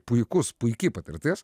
puikus puiki patirtis